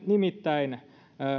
nimittäin